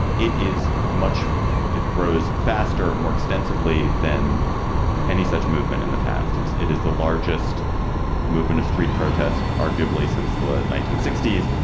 it is much it rose faster, more extensively than any such movement in the past. it is the largest movement of street protest, arguably since the nineteen sixty s.